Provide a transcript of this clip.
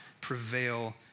prevail